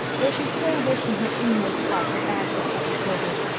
though she still wished in her inmost heart that anne had accepted gilbert.